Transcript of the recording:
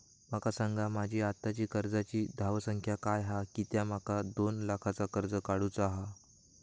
माका सांगा माझी आत्ताची कर्जाची धावसंख्या काय हा कित्या माका दोन लाखाचा कर्ज काढू चा हा?